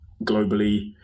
globally